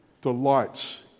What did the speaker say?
delights